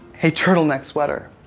a turtleneck sweater.